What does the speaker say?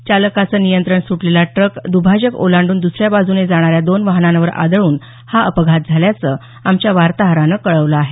चालकाचं नियंत्रण सुटलेला ट्रक दुभाजक ओलांडून दुसऱ्या बाजूने जाणाऱ्या दोन वाहनांवर आदळून हा अपघात झाल्याचं आमच्या वार्ताहरानं कळवलं आहे